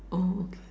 bold